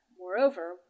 Moreover